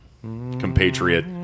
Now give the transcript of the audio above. compatriot